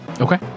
Okay